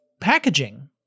packaging